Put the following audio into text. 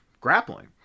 grappling